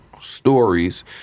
stories